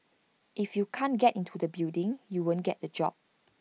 if you can't get into the building you won't get that job